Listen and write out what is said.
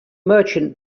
merchant